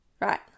Right